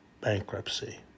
bankruptcy